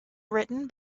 written